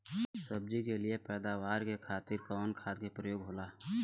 सब्जी के लिए पैदावार के खातिर कवन खाद के प्रयोग होला?